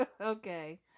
Okay